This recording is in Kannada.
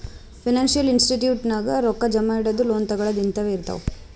ಫೈನಾನ್ಸಿಯಲ್ ಇನ್ಸ್ಟಿಟ್ಯೂಷನ್ ನಾಗ್ ರೊಕ್ಕಾ ಜಮಾ ಇಡದು, ಲೋನ್ ತಗೋಳದ್ ಹಿಂತಾವೆ ಇರ್ತಾವ್